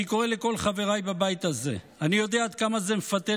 אני קורא לכל חבריי בבית הזה: אני יודע עד כמה זה מפתה